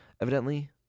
evidently